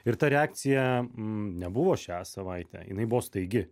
ir ta reakcija nebuvo šią savaitę jinai buvo staigi